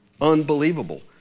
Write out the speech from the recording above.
Unbelievable